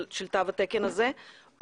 של תו התקן הזה,